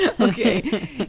Okay